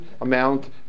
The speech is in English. amount